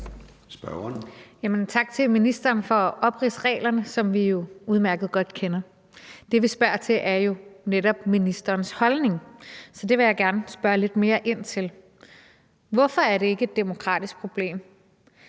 Tak til ministeren for at opridse reglerne, som vi jo udmærket godt kender. Det, vi spørger til, er jo netop ministerens holdning, og det vil jeg gerne spørge lidt mere ind til. Hvorfor er det ikke et demokratisk problem,